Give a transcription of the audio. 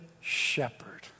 shepherd